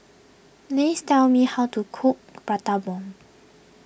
please tell me how to cook Prata Bomb